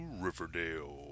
Riverdale